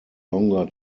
longer